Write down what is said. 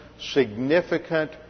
significant